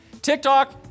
TikTok